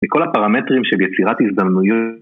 וכל הפרמטרים של יצירת הזדמנויות.